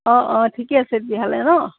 অঁ অঁ ঠিকে আছে তেতিয়াহ'লে ন